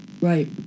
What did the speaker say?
Right